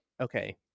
Okay